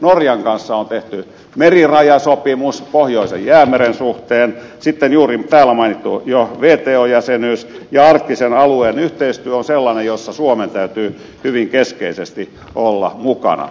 norjan kanssa tehty merirajasopimus pohjoisen jäämeren suhteen sitten juuri täällä mainittu wton jäsenyys ja arktisen alueen yhteistyö ovat sellaisia asioita joissa suomen täytyy hyvin keskeisesti olla mukana